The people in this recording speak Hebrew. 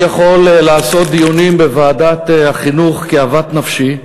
אני יכול לעשות דיונים בוועדת החינוך כאוות נפשי,